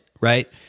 right